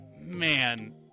man